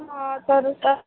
हां तर चा